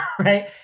right